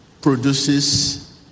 produces